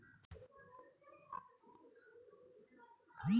বীজ রোপন ও বপন করার মধ্যে পার্থক্য কি?